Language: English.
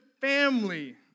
family